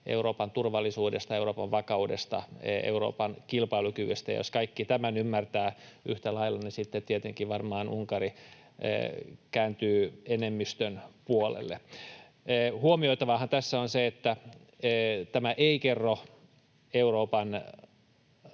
Euroopan turvallisuudesta ja Euroopan vakaudesta, Euroopan kilpailukyvystä. Jos kaikki tämän ymmärtävät yhtä lailla, sitten tietenkin varmaan Unkari kääntyy enemmistön puolelle. Huomioitavahan tässä on se, että tämä ei kerro Euroopan